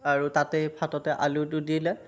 আৰু তাতেই ভাততে আলুটো দিলে